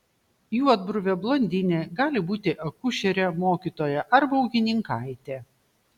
juodbruvė blondinė gali būti akušerė mokytoja arba ūkininkaitė